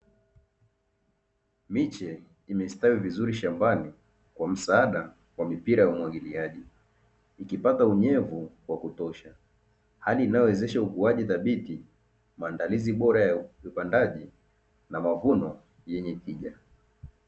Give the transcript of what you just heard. Miche imestawi vizuri shambani kwa msaada wa mipira ya umwagiliaji, ikipata unyevu wa kutosha. Hali inayowezesha ukuaji dhabiti, maandalizi bora ya upandaji na mavuno yenye tija.